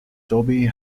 toby